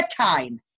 time